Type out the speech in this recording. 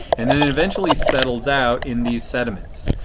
and then it eventually settles out in these sediments.